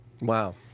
Wow